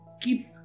keep